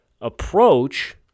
approach